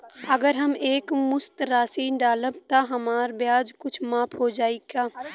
अगर हम एक मुस्त राशी डालब त हमार ब्याज कुछ माफ हो जायी का?